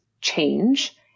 change